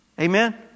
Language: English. Amen